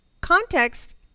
context